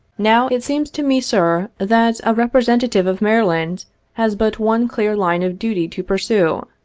now, it seems to me, sir, that a representative of mary land has but one clear line of duty to pursue,